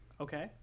Okay